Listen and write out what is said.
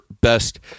best